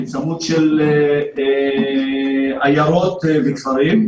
צמוד לעיירות וכפרים,